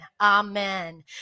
Amen